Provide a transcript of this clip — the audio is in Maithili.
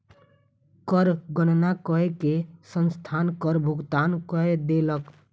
कर गणना कय के संस्थान कर भुगतान कय देलक